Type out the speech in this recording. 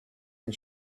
and